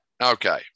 Okay